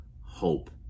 hope